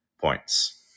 points